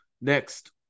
next